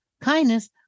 kindness